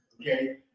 okay